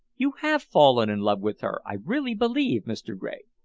you have fallen in love with her, i really believe, mr. gregg.